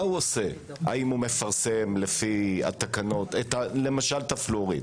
הוא עושה - האם הוא מפרסם למשל את הפלואוריד